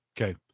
Okay